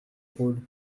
rôles